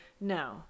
no